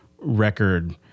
record